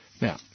Now